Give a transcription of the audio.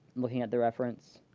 looking at the reference,